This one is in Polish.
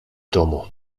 domu